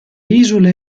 isole